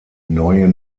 neue